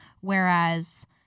whereas